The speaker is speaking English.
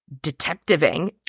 detectiving